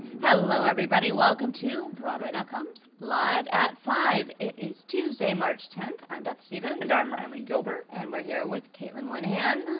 hello everybody, welcome to broadway com's live at five. it is tuesday, march tenth, i'm beth stevens, and i'm ryan lee gilbert. and we're here with caitlin moynihan. hello! and